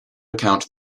account